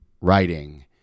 writing